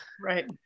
Right